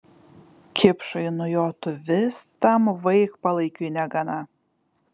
kipšai nujotų vis tam vaikpalaikiui negana